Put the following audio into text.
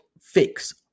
fix